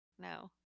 no